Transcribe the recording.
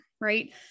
right